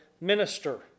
minister